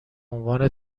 عنوان